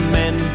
men